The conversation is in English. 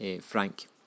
Frank